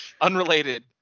Unrelated